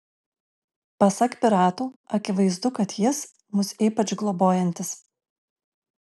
pasak piratų akivaizdu kad jis mus ypač globojantis